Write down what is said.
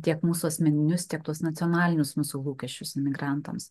tiek mūsų asmeninius tiek tuos nacionalinius mūsų lūkesčius emigrantams